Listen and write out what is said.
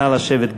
נא לשבת,